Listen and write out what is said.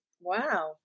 Wow